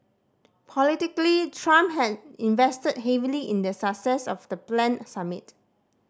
politically Trump had invested heavily in the success of the planned summit